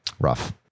Rough